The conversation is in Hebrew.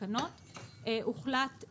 תקנות ראשונות לפי פסקה (1)